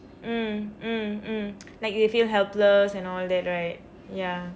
mm mm mm like they feel helpless and all that right ya